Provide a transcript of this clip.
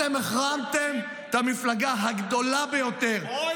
אתם החרמתם את המפלגה הגדולה ביותר -- אוי אוי אוי.